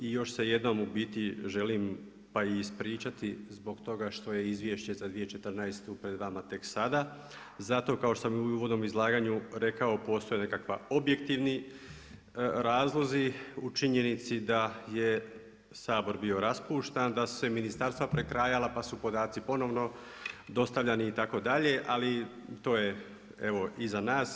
I još se jednom u biti želim ispričati zbog toga što je izvješće za 2014. pred vama tek sada zato kao što sam u uvodnom izlaganju rekao postoje nekakvi objektivni razlozi u činjenici da je Sabor bio raspuštan, da su se ministarstva prekrajala pa su podaci ponovno dostavljani itd., ali to je iza nas.